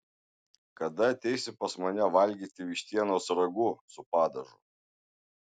kada ateisi pas mane valgyti vištienos ragu su padažu